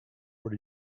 what